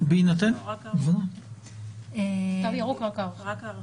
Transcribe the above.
בהינתן --- תו ירוק, רק הארכה.